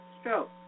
stroke